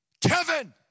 Kevin